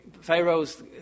Pharaoh's